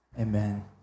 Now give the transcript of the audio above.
amen